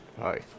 hi